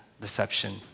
deception